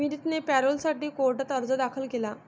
विनीतने पॅरोलसाठी कोर्टात अर्ज दाखल केला